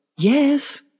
Yes